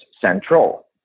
central